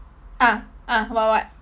ah ah what what